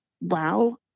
wow